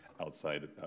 outside